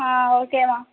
ஆ ஓகேம்மா